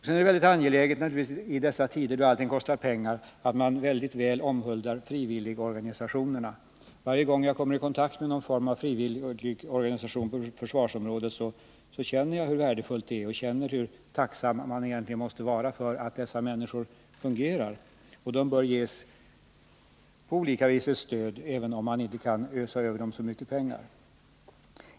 Det är givetvis angeläget i dessa tider, då allting kostar pengar, att man väldigt väl omhuldar frivilligorganisationerna. Varje gång jag kommer i kontakt med någon form av frivilligorganisation på försvarsområdet inser jag hur värdefulla de är och känner hur tacksam man egentligen måste vara för att de människor som verkar inom frivilligorganisationerna fungerar. De bör på alla vis ges stöd, även om man inte kan ösa över dem så mycket pengar.